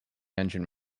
engine